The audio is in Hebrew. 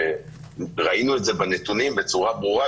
וראינו את זה בנתונים בצורה ברורה,